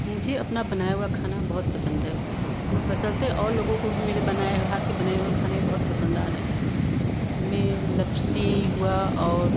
मुझे अपना बनाया हुआ खाना बहुत पसंद है बशर्ते और लोगों को भी मेरे बनाए हाथ के बनाए हुए खाने बहुत पसंद आ रहे हैं में लपसी हुआ और